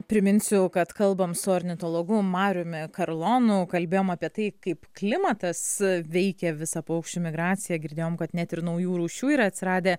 priminsiu kad kalbam su ornitologu mariumi karlonu kalbėjom apie tai kaip klimatas veikia visą paukščių migraciją girdėjom kad net ir naujų rūšių yra atsiradę